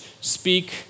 speak